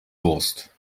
wurst